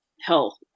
health